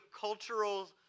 cultural